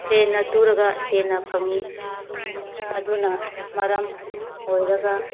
ꯍꯦꯟꯅ ꯇꯨꯔꯒ ꯍꯦꯟꯅ ꯐꯪꯉꯤ ꯑꯗꯨꯅ ꯃꯔꯝ ꯑꯣꯏꯔꯒ